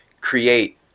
create